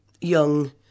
young